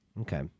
Okay